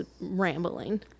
rambling